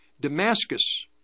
Damascus